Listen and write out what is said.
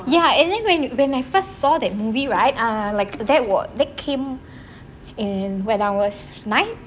ya and then when I when I first saw that movie right um like that wha~ that came in when I was nine